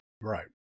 Right